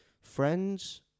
Friends